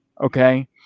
Okay